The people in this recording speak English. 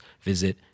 visit